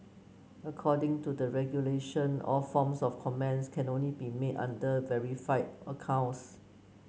according to the regulation all forms of comments can only be made under verified accounts